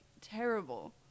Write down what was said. terrible